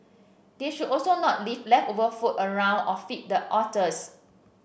they should also not leave leftover food around or feed the otters